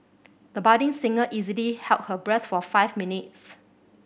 the budding singer easily held her breath for five minutes